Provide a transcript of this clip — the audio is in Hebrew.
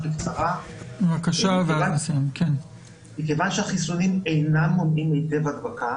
מכיוון שהחיסונים אינם מונעים היטב הדבקה